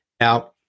Now